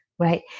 right